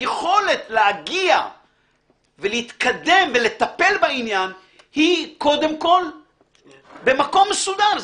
היכולת להגיע ולהתקדם ולטפל בעניין היא קודם כול במקום מסודר.